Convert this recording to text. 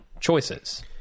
choices